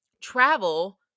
travel